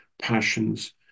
passions